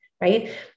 right